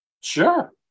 Sure